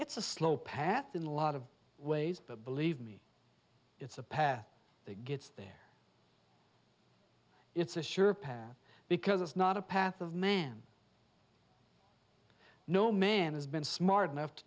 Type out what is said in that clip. it's a slow path in a lot of ways but believe me it's a path that gets there it's a sure path because it's not a path of man no man has been smart enough to